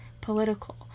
political